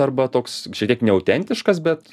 arba toks šiek tiek neautentiškas bet